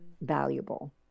valuable